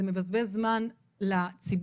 זה מבזבז זמן לציבור.